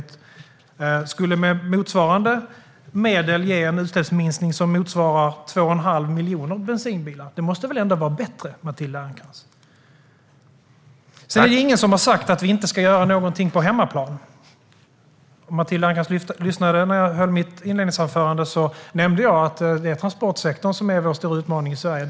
De skulle med motsvarande medel ge en utsläppsminskning som motsvarar 2 1⁄2 miljon bensinbilar. Det måste väl ändå vara bättre, Matilda Ernkrans? Ingen har sagt att vi inte ska göra någonting på hemmaplan. Om Matilda Ernkrans lyssnade när jag höll mitt inledningsanförande nämnde jag att det är transportsektorn som är den stora utmaningen i Sverige.